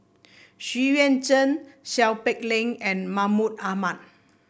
Xu Yuan Zhen Seow Peck Leng and Mahmud Ahmad